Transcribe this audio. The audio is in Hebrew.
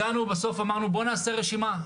בסוף אמרנו: בואו נעשה רשימה,